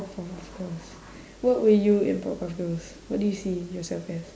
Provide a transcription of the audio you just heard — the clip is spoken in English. powerpuff girls what were you in powerpuff girls what do you see yourself as